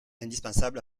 indispensable